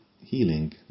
healing